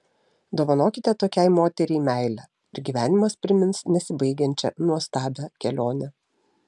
dovanokite tokiai moteriai meilę ir gyvenimas primins nesibaigiančią nuostabią kelionę